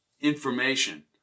information